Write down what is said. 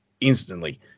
instantly